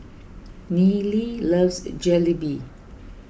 Nealy loves Jalebi